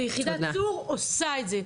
ויחידת צור עושה את זה.